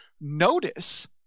Notice